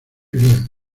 bien